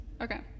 Okay